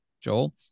Joel